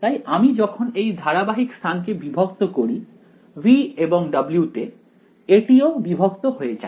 তাই আমি যখন এই ধারাবাহিক স্থানকে বিভক্ত করি V এবং W তে এটিও বিভক্ত হয়ে যায়